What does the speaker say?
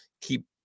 keep